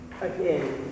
again